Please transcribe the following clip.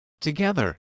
Together